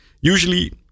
usually